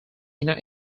inner